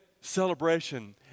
celebration